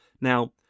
Now